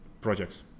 projects